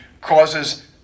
causes